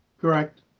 Correct